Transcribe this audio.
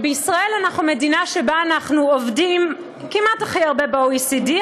ישראל היא מדינה שבה אנחנו עובדים כמעט הכי הרבה במדינות ה-OECD,